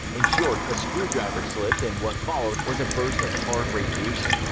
in short, a screwdriver slipped and what followed was a burst of hard radiation.